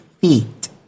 feet